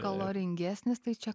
kaloringesnis tai čia